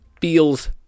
feels